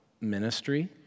ministry